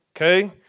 Okay